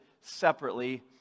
separately